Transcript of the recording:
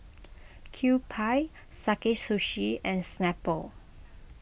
Kewpie Sakae Sushi and Snapple